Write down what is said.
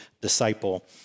disciple